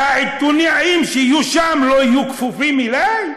שהעיתונאים שיהיו שם לא יהיו כפופים אלי?